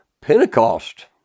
Pentecost